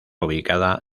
ubicada